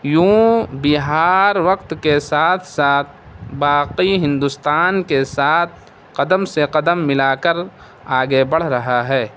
یوں بہار وقت کے ساتھ ساتھ باقی ہندوستان کے ساتھ قدم سے قدم ملا کر آگے بڑھ رہا ہے